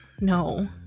No